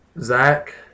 Zach